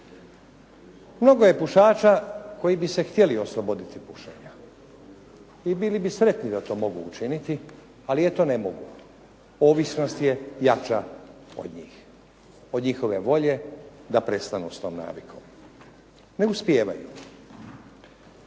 Mnogo je pušača koji bi se htjeli osloboditi pušenja i bili bi sretni da to mogu učiniti, ali eto ne mogu. Ovisnost je jača od njih, od njihove volje da prestanu s tom navikom. Ne uspijevaju.